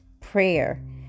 prayer